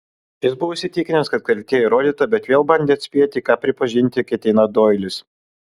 jis buvo įsitikinęs kad kaltė įrodyta bet vėl bandė atspėti ką prisipažinti ketina doilis